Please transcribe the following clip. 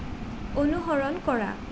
অনুসৰণ কৰা